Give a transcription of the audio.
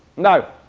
now,